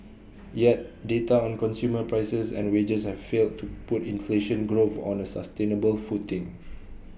yet data on consumer prices and wages have failed to put inflation growth on A sustainable footing